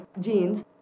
jeans